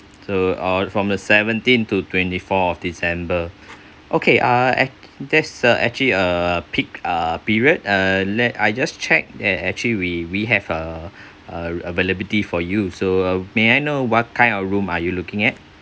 so or from the seventeen to twenty four of december okay uh act~ that's a actually a peek uh period uh let I just checked and actually we we have uh uh availability for you so may I know what kind of room are you looking at